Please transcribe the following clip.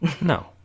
No